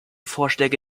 vorschläge